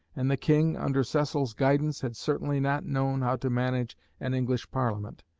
and the king, under cecil's guidance, had certainly not known how to manage an english parliament.